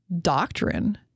doctrine